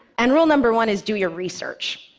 and rule number one is do your research,